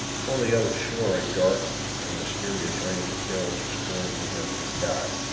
upon the other shore a dark and mysterious range of hills was curved against the sky.